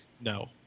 no